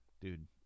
Dude